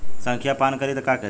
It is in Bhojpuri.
संखिया पान करी त का करी?